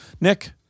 Nick